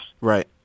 right